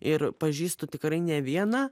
ir pažįstu tikrai ne vieną